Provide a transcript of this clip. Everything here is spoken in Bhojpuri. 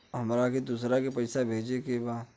हमके दोसरा के पैसा भेजे के बा?